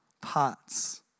parts